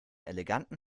eleganten